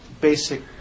basic